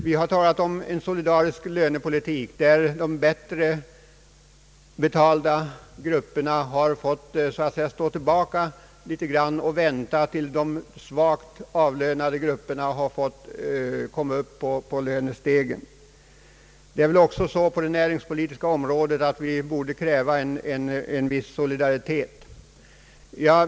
Det har talats om en solidarisk lönepolitik, där de bättre betalda grupperna har fått stå tillbaka något och vänta tills de lägre avlönade grupperna kommit litet högre upp på lönestegen. Även inom det näringspolitiska området borde man väl kräva en viss solidaritet.